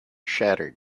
shattered